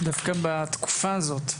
דווקא בתקופה הזאת,